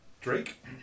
Drake